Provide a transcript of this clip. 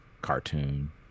cartoon